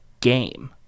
game